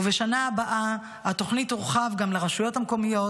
ובשנה הבאה התוכנית תורחב גם לרשויות המקומיות,